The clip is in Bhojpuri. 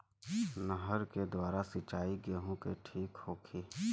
नहर के द्वारा सिंचाई गेहूँ के ठीक होखि?